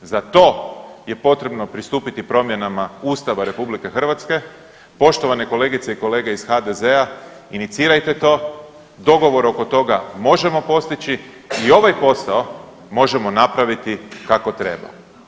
Za to je potrebno pristupiti promjenama Ustava RH, poštovane kolegice i kolege iz HDZ-a inicirajte to, dogovor oko toga možemo postići i ovaj posao možemo napraviti kako treba.